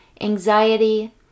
anxiety